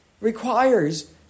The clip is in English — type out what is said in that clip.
requires